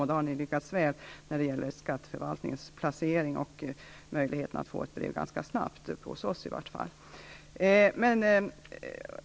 Det tyder på att ni, i varje fall hos oss, har lyckats väl med skatteförvaltningens lokalisering och möjligheterna att ganska snabbt få fram ett brev.